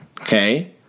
Okay